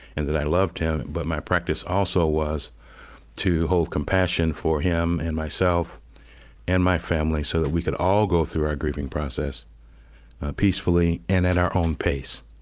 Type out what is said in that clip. and that i loved him. but my practice also was to hold compassion for him and myself and my family so that we could all go through our grieving process peacefully and at our own pace